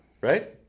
Right